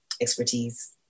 expertise